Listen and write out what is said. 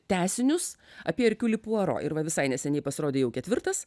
tęsinius apie erkiulį puaro ir va visai neseniai pasirodė jau ketvirtas